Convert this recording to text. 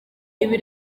ibi